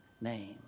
name